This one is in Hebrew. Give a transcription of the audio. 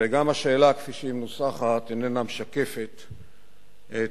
גם השאלה כפי שהיא מנוסחת איננה משקפת את